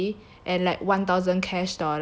and like one thousand cash dollars